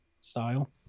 style